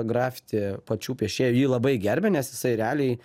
grafiti pačių piešėjų jį labai gerbia nes jisai realiai